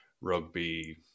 rugby